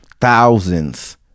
thousands